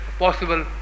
possible